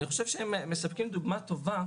הם מספקים דוגמה טובה